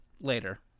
later